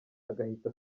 agahita